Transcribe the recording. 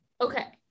Okay